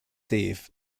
thief